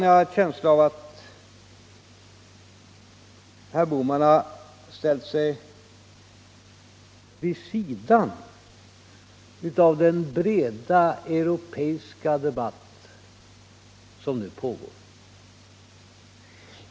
Jag har en känsla av att herr Bohman har ställt sig vid sidan om den breda europeiska debatt som nu pågår.